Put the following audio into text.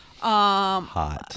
hot